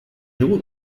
dugu